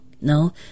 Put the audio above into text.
No